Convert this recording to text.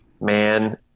man